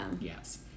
Yes